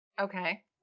Okay